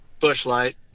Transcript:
Bushlight